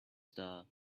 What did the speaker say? star